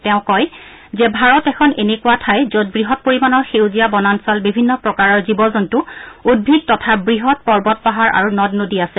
তেওঁ কয় যে ভাৰত এখন এনেকুৱা ঠাই যত বৃহৎ পৰিমাণৰ সেউজীয়া বনাঞ্চল বিভিন্ন প্ৰকাৰৰ জীৱ জন্তু উদ্ভিদ তথা বৃহৎ পৰ্বত পাহাৰ আৰু নদ নদী আছে